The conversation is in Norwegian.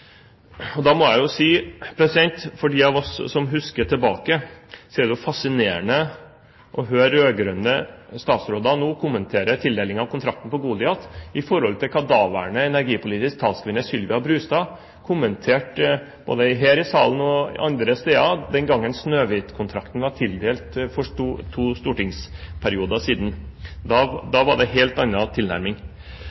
Da må jeg jo si at for dem av oss som husker tilbake, er det fascinerende å høre rød-grønne statsråder nå kommentere tildelingen av kontrakten på Goliat i forhold til det daværende energipolitisk talskvinne Sylvia Brustad for to stortingsperioder siden kommenterte, både her i salen og andre steder, den gangen Snøhvit-kontrakten var tildelt.